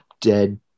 Dead